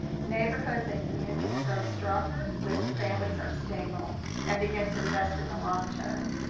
neighborhoods and communities grow stronger when families are stable and begin to invest in the long term.